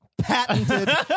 patented